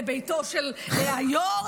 לביתו של היו"ר,